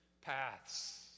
paths